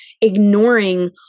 ignoring